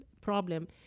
problem